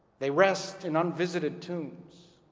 they rest in unvisited tombs.